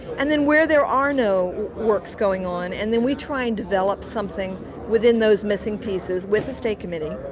and then where there are no works going on, and then we try and develop something within those missing pieces with the state committee,